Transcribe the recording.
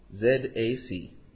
z-a-c